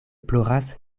ploras